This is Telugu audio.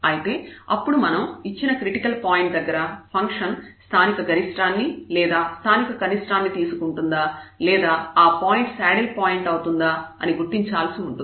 అయితే అప్పుడు మనం ఇచ్చిన క్రిటికల్ పాయింట్ దగ్గర ఫంక్షన్ స్థానిక గరిష్ఠాన్నిలేదా స్థానిక కనిష్ఠాన్ని తీసుకుంటుందా లేదా ఆ పాయింట్ శాడిల్ పాయింట్ అవుతుందా అని గుర్తించాల్సి ఉంటుంది